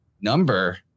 number